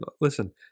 Listen